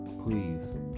please